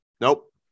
Nope